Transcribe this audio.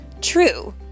True